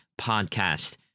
Podcast